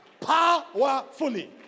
powerfully